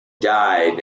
died